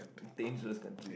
dangerous country